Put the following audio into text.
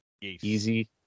Easy